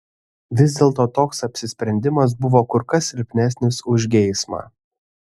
vis dėlto toks apsisprendimas buvo kur kas silpnesnis už geismą